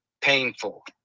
painful